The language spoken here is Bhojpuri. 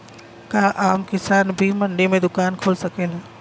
का आम किसान भी मंडी में दुकान खोल सकेला?